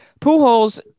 Pujols